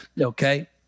okay